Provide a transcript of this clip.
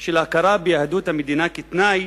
של הכרה ביהדות המדינה כתנאי